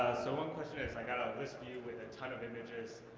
so one question is, i've got ah a listview with a ton of images.